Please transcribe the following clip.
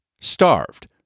Starved